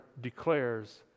declares